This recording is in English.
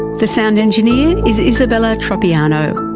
the sound engineer is isabella tropiano.